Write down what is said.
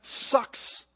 sucks